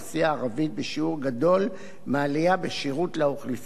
גדול מהעלייה בשירות לאוכלוסייה הכללית.